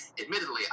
admittedly